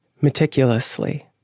meticulously